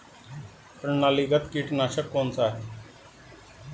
प्रणालीगत कीटनाशक कौन सा है?